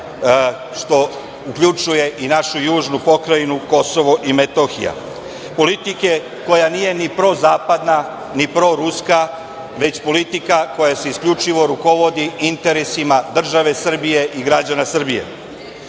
što uključuje i našu južnu pokrajinu Kosovo i Metohiju, politike koja nije ni prozapadna, ni proruska, već politika koja se isključivo rukovodi interesima države Srbije i građana Srbije,